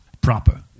Proper